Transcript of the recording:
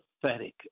pathetic